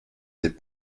des